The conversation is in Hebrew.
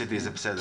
מצדי זה בסדר.